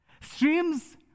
Streams